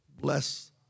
bless